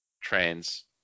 trains